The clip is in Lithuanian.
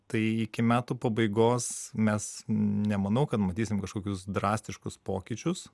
tai iki metų pabaigos mes nemanau kad matysim kažkokius drastiškus pokyčius